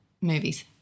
movies